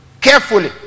carefully